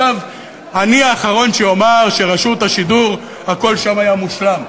אני האחרון שאומר שברשות השידור הכול היה מושלם.